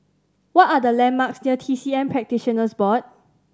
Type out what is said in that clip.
what are the landmarks near T C M Practitioners Board